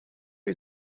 you